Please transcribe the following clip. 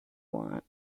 want